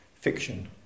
fiction